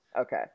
Okay